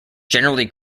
generally